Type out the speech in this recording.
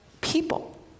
people